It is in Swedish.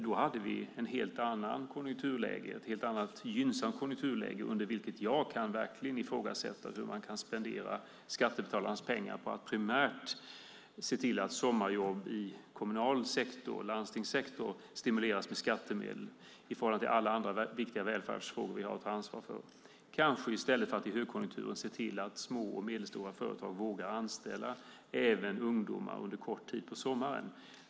Då hade vi ett helt annat, gynnsamt konjunkturläge, under vilket jag verkligen kan ifrågasätta hur man kan spendera skattebetalarnas pengar på att primärt se till att sommarjobb i kommunal sektor och landstingssektor stimuleras med skattemedel i förhållande till alla andra viktiga välfärdsfrågor vi har att ta ansvar för - i stället för att under högkonjunktur se till att små och medelstora företag vågar anställa även ungdomar under kort tid på sommaren.